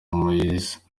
moise